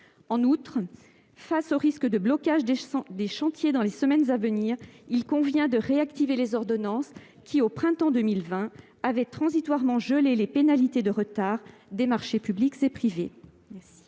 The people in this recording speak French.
En outre, face au risque de blocage des chantiers dans les semaines à venir, il convient de réactiver les ordonnances qui, au printemps 2020, avaient transitoirement gelé les pénalités de retard des marchés publics et privés. La